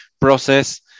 process